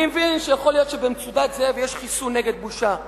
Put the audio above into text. אני מבין שיכול להיות שב"מצודת זאב" יש חיסון נגד בושה.